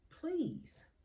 Please